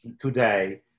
today